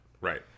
Right